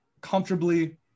comfortably